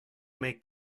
make